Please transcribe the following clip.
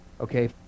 okay